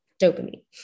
dopamine